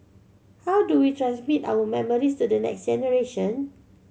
how do we transmit our memories to the next generation